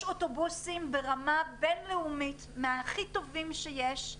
יש אוטובוסים ברמה בין-לאומית מהטובים ביותר שיש,